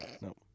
Nope